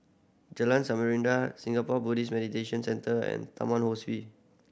Jalan Samarinda Singapore Buddhist Meditation Centre and Taman Ho Swee